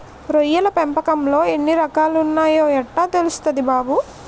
రొయ్యల పెంపకంలో ఎన్ని రకాలున్నాయో యెట్టా తెల్సుద్ది బాబూ?